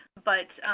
but